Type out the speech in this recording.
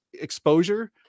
exposure